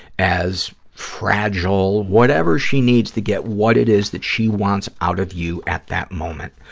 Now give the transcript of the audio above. as fragile, whatever she needs to get what it is that she wants out of you at that moment.